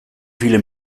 viele